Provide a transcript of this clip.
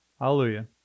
Hallelujah